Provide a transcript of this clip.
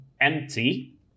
empty